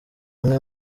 amwe